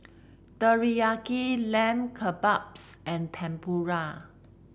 Teriyaki Lamb Kebabs and Tempura